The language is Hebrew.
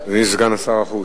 אדוני סגן שר החוץ,